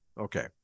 Okay